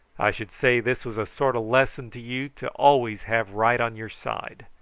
i should say this was a sort o' lesson to you to always have right on your side.